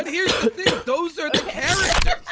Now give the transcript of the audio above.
here's the thing. those are the characters,